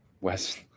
West